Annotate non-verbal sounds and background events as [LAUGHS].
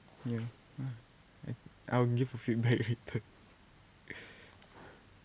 ya mm I I'll give you feedback later [LAUGHS]